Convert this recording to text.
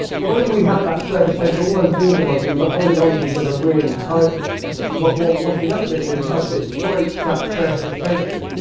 when we have that surface tension, all those water molecules are holding onto each other really tightly but what washing up liquid does is it breaks that surface tension.